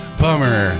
bummer